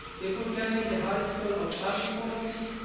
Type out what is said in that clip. before joining the harris school of public policy,